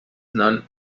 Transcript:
non